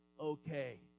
okay